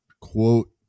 quote